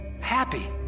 happy